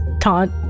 taunt